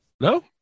No